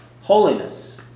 holiness